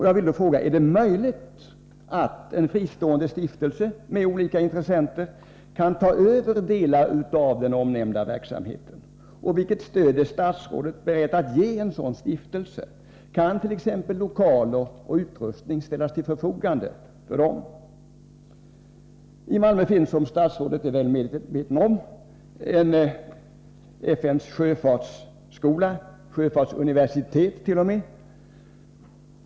Jag vill då fråga: Är det möjligt att en fristående stiftelse, med olika intressenter, kan ta över delar av den omnämnda verksamheten? Vilket stöd är statsrådet beredd att ge en sådan stiftelse? Kan t.ex. lokaler och utrustning ställas till förfogande för den? I Malmö finns, som statsrådet är väl medveten om, ett FN:s sjöfartsuniversitet.